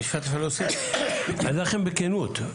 אני אגיד לכם בכנות,